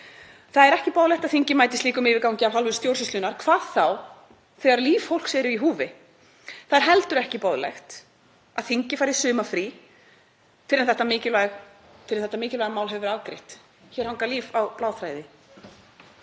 Það er ekki boðlegt að þingið mæti slíkum yfirgangi af hálfu stjórnsýslunnar, hvað þá þegar líf fólks er í húfi. Það er heldur ekki boðlegt að þingið fari í sumarfrí fyrr en þetta mikilvæga mál hefur verið afgreitt. Hér hangir líf fólks á bláþræði.